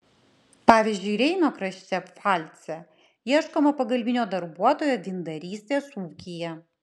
pavyzdžiui reino krašte pfalce ieškoma pagalbinio darbuotojo vyndarystės ūkyje